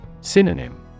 Synonym